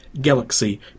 galaxy